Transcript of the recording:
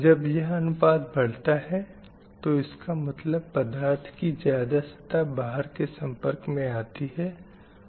जब यह अनुपात बढ़ता है तो इसका मतलब पदार्थ की ज़्यादा सतह बाहर के सम्पर्क में आती है